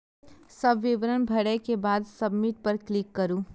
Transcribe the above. सब विवरण भरै के बाद सबमिट पर क्लिक करू